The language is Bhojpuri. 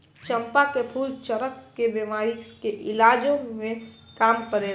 चंपा के फूल चरक के बेमारी के इलाजो में काम करेला